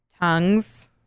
tongues